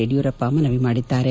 ಯಡಿಯೂರಪ್ಪ ಮನವಿ ಮಾಡಿದ್ದಾರೆ